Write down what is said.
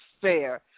fair